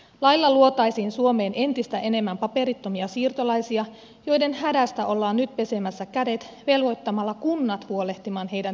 lailla luotaisiin suomeen entistä enemmän paperittomia siirtolaisia joiden hädästä ollaan nyt pesemässä kädet velvoittamalla kunnat huolehtimaan heidän terveydenhoidostaan